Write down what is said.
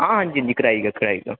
आं जी कराई लैओ कराई लैओ